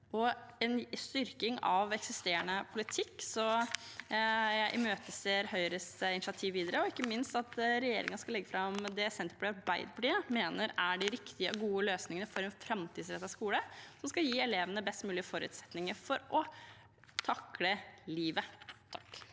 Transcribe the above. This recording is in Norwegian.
og en styrking av eksisterende politikk. Jeg imøteser Høyres initiativ videre og ikke minst at regjeringen skal legge fram det Senterpartiet og Arbeiderpartiet mener er de riktige og gode løsningene for en framtidsrettet skole, som skal gi elevene de best mulige forutsetninger for å takle livet.